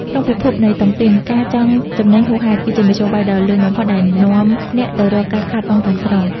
ក្នុងពិភពនៃតុងទីន "ការចង់ចំណេញហួសហេតុ" គឺជាមធ្យោបាយដ៏លឿនបំផុតដែលនាំអ្នកទៅរកការខាតបង់ទាំងស្រុង។